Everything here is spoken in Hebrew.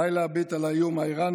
די להביט על האיום האיראני,